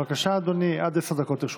בבקשה, אדוני, עד עשר דקות לרשותך.